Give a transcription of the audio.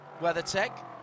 WeatherTech